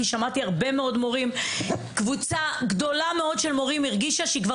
כי שמעתי הרבה מאוד מורים; קבוצה גדולה מאוד של מורים הרגישה שהיא כבר